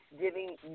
giving –